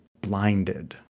blinded